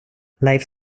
life